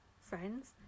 friends